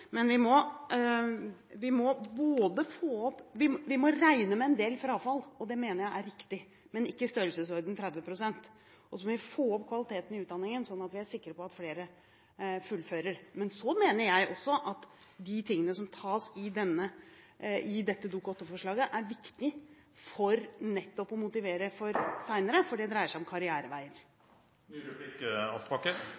Men vi må regne med en del frafall, og det mener jeg er riktig, men ikke i størrelsesorden 30 pst. Så må vi få opp kvaliteten i utdanningen, slik at vi er sikre på at flere fullfører. Men jeg mener at de tingene som tas opp i dette Dokument 8-forslaget, er viktige for nettopp å motivere for senere, for det dreier seg om